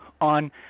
on